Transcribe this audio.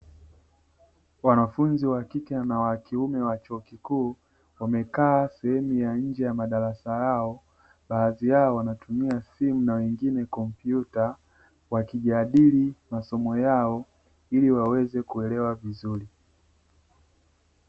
Wanafunzi wa kiume na wa kike wa chuo kikuu wamekaa sehemu ya nje ya madarasa yao; baadhi yao wanatumia simu na wengine kompyuta wakijadili masomo yao ili waweze kuelewa vizuri.